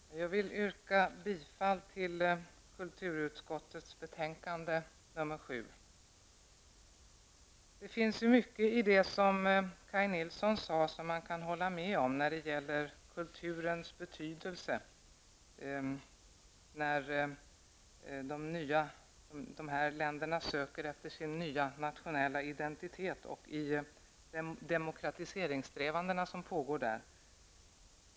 Herr talman! Jag vill yrka bifall till utskottets hemställan i kulturutskottets betänkande nr 7. Det finns mycket i det som Kaj Nilsson sade som man kan hålla med om när det gäller kulturens betydelse i samband med att dessa länder söker efter sin nya nationella identitet och i samband med de demokratiseringssträvanden som pågår där.